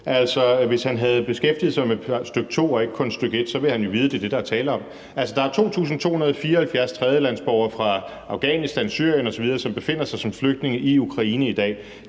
Hvis han havde beskæftiget sig med stk. 2 og ikke kun stk. 1, ville han jo vide, at det er det, der er tale om. Altså, der er 2.274 tredjelandsborgere fra Afghanistan, Syrien osv., som befinder sig som flygtninge i Ukraine i dag.